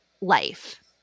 life